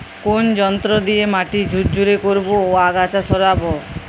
কোন যন্ত্র দিয়ে মাটি ঝুরঝুরে করব ও আগাছা সরাবো?